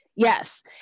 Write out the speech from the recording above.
Yes